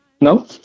No